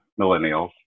millennials